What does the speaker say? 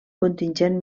contingent